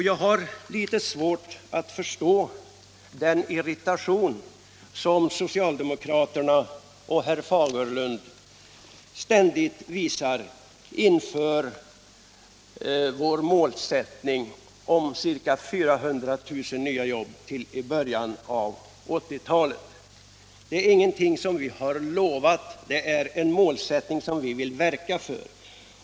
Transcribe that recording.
Jag har litet svårt att förstå den irritation som herr Fagerlund och andra socialdemokrater ständigt visar inför vår målsättning om dessa 400 000 nya jobb till 1980-talets början. Det är ingenting som vi har lovat; det är en målsättning som vi vill verka för.